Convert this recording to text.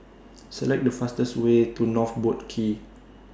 Select The fastest Way to North Boat Quay